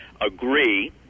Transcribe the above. agree